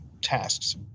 tasks